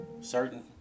certain